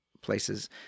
places